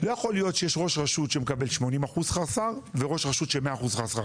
לא יכול להיות שיש ראש רשות שמקבל 80% שכר וראש רשות של 100% שכר.